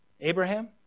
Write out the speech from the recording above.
Abraham